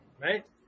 right